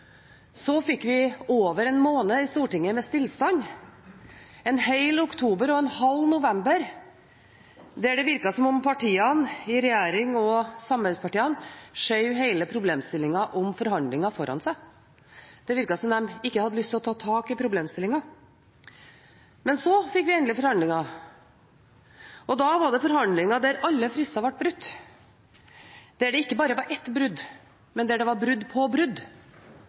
Så fikk vi over en måned i Stortinget med stillstand – en hel oktober og en halv november der det virket som om partiene i regjering og samarbeidspartiene skjøv hele problemstillingen om forhandlinger foran seg. Det virket som om de ikke hadde lyst til å ta tak i problemstillingen. Men så fikk vi endelig forhandlinger, og da var det forhandlinger der alle frister ble brutt, der det ikke bare var ett brudd, men der det var brudd på brudd,